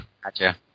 Gotcha